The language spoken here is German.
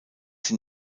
sie